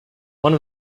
one